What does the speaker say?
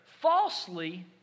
falsely